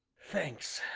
thanks,